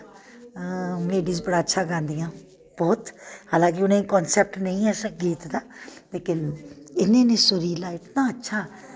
ladies बड़ा अच्छा गांदियां बौह्त हालां कि उ'नें गी कनसैप्ट नेईं ऐ संगीत दा लेकिन इन्नी इन्नी सूरीला इन्ना अच्छा